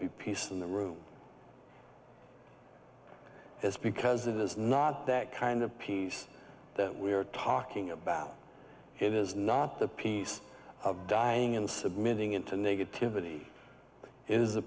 be peace in the room is because it is not that kind of peace that we are talking about it is not the peace of dying and submitting into negativity i